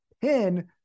pin